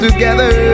Together